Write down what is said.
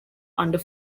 under